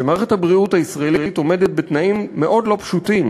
שמערכת הבריאות הישראלית עומדת בתנאים מאוד לא פשוטים: